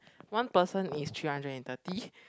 one person is three hundred and thirty